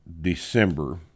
December